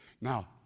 Now